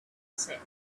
set